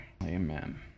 Amen